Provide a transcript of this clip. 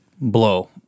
blow